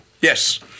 Yes